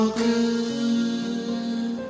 good